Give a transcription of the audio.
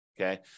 okay